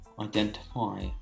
identify